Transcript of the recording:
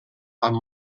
amb